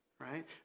right